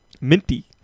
Minty